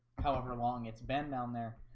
however long. it's been down there.